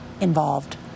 involved